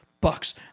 bucks